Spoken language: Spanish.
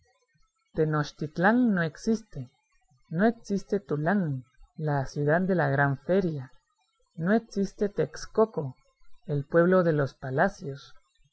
tenochtitlán no existe no existe tulán la ciudad de la gran feria no existe texcoco el pueblo de los palacios los